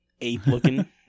ape-looking